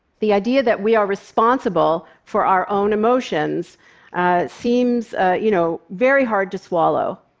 the idea that we are responsible for our own emotions seems you know very hard to swallow.